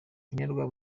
nkenerwa